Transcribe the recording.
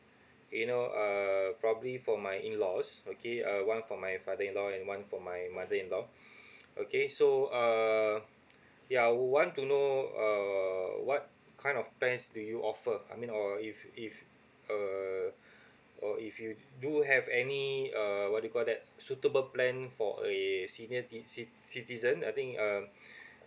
you know uh probably for my in-laws okay uh one for my father-in-law and one for my mother-in-law okay so uh ya want to know uh what kind of plans do you offer I mean or if if uh or if you do have any uh what you call that suitable plan for a senior ci~ citizen I think um